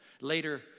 Later